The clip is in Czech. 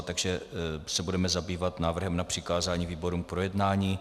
Takže se budeme zabývat návrhem na přikázání výborům k projednání.